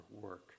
work